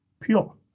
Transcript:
pure